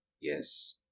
Yes